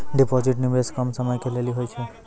Deposit निवेश कम समय के लेली होय छै?